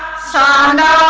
sign